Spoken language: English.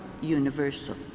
universal